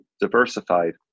diversified